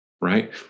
right